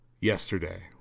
Yesterday